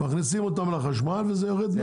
מכניסים אותם לחשמל וזה יורד מהחשמל.